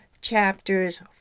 chapters